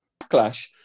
backlash